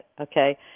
okay